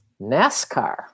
NASCAR